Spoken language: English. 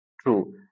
true